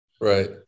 Right